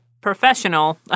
professional